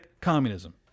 communism